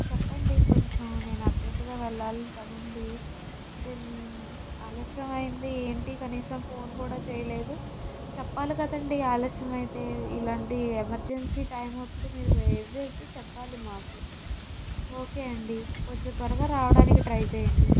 చెప్పండి కొంచెం నేను అర్జెంటుగా వెళ్లాల్సిన పని ఉంది దెన్ ఆలస్యం అయ్యింది ఏంటి కనీసం ఫోన్ కూడా చేయలేదు చెప్పాలి కదండీ ఆలస్యం అయితే ఇలాంటి ఎమర్జెన్సీ టైం అప్పుడు మీరు వైట్ చేసి చెప్పాలి మాకు ఓకే అండి కొంచెం త్వరగా రావడానికి ట్రై చేయండి